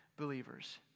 believers